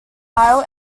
aisle